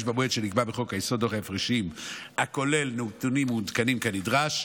במועד שנקבע בחוק-היסוד דוח הפרשים הכולל נתונים מעודכנים כנדרש,